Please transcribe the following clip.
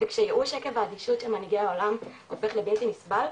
וכשייאוש והאדישות של מנהיגי העולם הופך לבלתי נסבל,